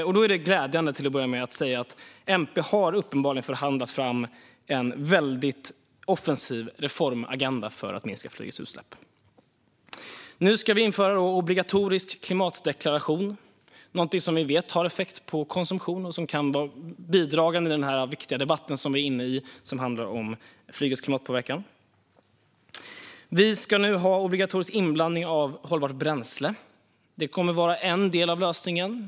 Det är till att börja med glädjande att säga att MP uppenbarligen har förhandlat fram en väldigt offensiv reformagenda för att minska flygets utsläpp. Nu ska vi införa obligatorisk klimatdeklaration. Det är någonting som vi vet har effekt på konsumtion och som kan vara bidragande i den viktiga debatt som vi har, som handlar om flygets klimatpåverkan. Vi ska nu ha obligatorisk inblandning av hållbart bränsle. Det kommer att vara en del av lösningen.